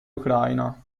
ucraina